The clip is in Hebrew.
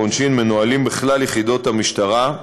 מסכימה אתך גם בנושא הזה.